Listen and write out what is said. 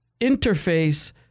interface